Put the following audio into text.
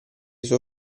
suo